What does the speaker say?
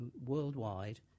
worldwide